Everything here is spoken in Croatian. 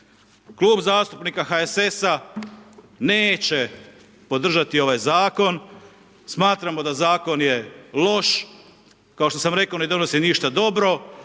Klub zastupnika HSS-a neće podržati ovaj zakon. Smatramo da zakon je loš, kao što sam rekao, ne donosi ništa dobro.